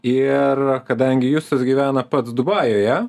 ir kadangi justas gyvena pats dubajuje